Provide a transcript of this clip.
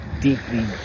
deeply